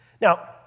Now